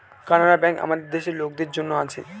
Canara bank আমাদের দেশের লোকদের জন্যে আছে